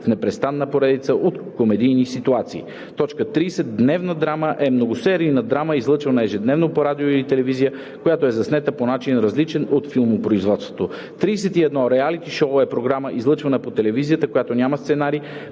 в непрестанна поредица от комедийни ситуации. 30. „Дневна драма“ е многосерийна драма, излъчвана ежедневно по радио или телевизия, която е заснета по начин, различен от филмопроизводството. 31. „Риалити шоу“ е програма, излъчвана по телевизията, която няма сценарий,